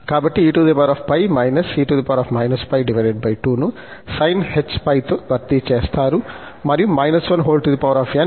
కాబట్టి eπ−e−π 2 ను sinh π తో భర్తీ చేస్తారు మరియు −1n అనేది e±inπ